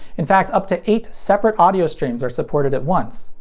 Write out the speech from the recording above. in fact, up to eight separate audio streams are supported at once.